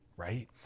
right